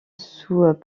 sous